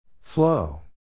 Flow